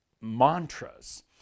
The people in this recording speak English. mantras